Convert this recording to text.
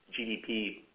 GDP